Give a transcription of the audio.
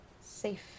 safe